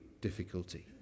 difficulty